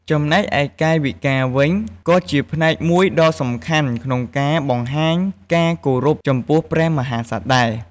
ចំណែកឯកាយវិការវិញក៏ជាផ្នែកមួយដ៏សំខាន់ក្នុងការបង្ហាញការគោរពចំពោះព្រះមហាក្សត្រដែរ។